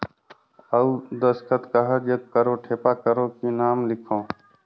अउ दस्खत कहा जग करो ठेपा करो कि नाम लिखो?